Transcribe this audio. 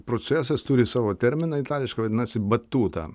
procesas turi savo terminą itališkai vadinasi batuta